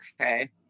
Okay